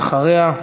ואחריה,